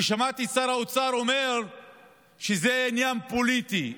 כי שמעתי את שר האוצר אומר שזה עניין פוליטי.